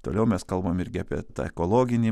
toliau mes kalbam irgi apie tą ekologinį